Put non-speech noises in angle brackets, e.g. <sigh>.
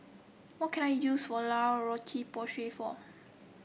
what can I use <unintelligible> La Roche Porsay for